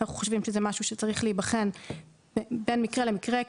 לדעתנו, זה משהו שצריך להיבחן בין מקרה למקרה.